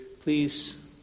please